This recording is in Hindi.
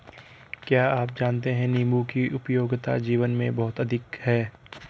क्या आप जानते है नीबू की उपयोगिता जीवन में बहुत अधिक है